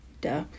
duh